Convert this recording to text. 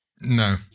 No